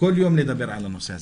כל יום, לדבר על הנושא הזה.